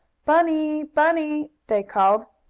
bunny! bunny! they called.